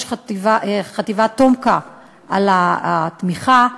לראש חטיבת תומכ"א על התמיכה.